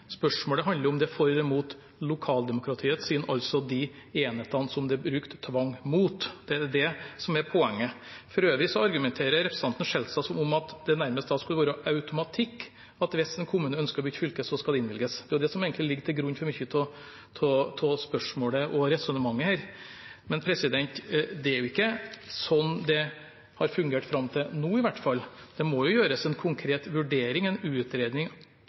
Spørsmålet handler om det er for eller mot lokaldemokratiets syn, altså de enhetene som det er brukt tvang mot. Det er det som er poenget. For øvrig argumenterer representanten Skjelstad som om det nærmest skulle være automatikk i at hvis en kommune ønsker å bytte fylke, skal det innfris.. Det er det som egentlig ligger til grunn for mye av spørsmålet og resonnementet her. Men det er ikke sånn det har fungert fram til nå i hvert fall. Det må jo gjøres en konkret vurdering, en